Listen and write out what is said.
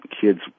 kids